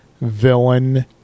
villain